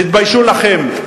תתביישו לכם,